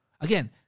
again